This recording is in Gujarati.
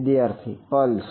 વિદ્યાર્થી પલ્સ